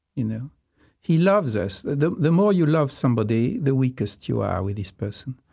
you know he loves us. the the more you love somebody, the weakest you are with this person.